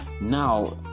now